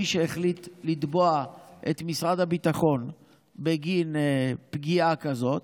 מי שהחליט לתבוע את משרד הביטחון בגין פגיעה כזאת,